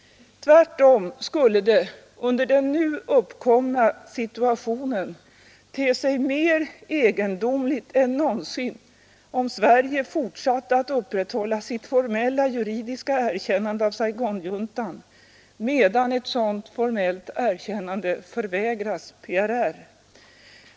Tvärtom skulle det under den nu uppkomna situationen te sig mer egendomligt än någonsin om Sverige fortsatte att upprätthålla sitt formella juridiska erkännande av Saigonjuntan medan ett sådant formellt erkännande förvägras PRR.